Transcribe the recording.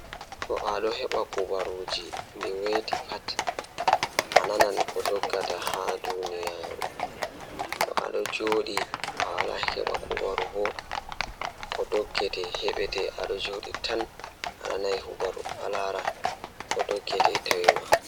Eey, ko woni laawol ngam ɗum waawde waɗude, kono ɗum ko nguurndam ngal teddungal. Nde waawde njangol e news, miɗo heɓɓude jeyɓe, fowru laawol, kono mi waawaa njangol, ngal suusude e mbernde, kono ɗum waɗa ɗam.